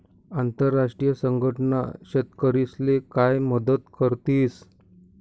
आंतरराष्ट्रीय संघटना शेतकरीस्ले काय मदत करतीस?